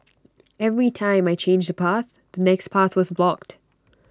every time I changed A path the next path was blocked